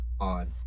on